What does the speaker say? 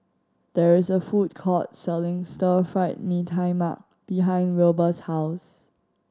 there is a food court selling Stir Fried Mee Tai Mak behind Wilber's house